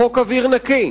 חוק אוויר נקי,